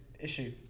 issue